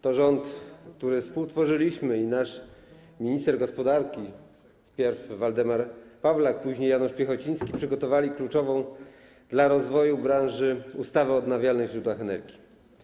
To rząd, który współtworzyliśmy, i nasz minister gospodarki wpierw Waldemar Pawlak, później Janusz Piechociński przygotowali kluczową dla rozwoju branży ustawę o odnawialnych źródłach energii.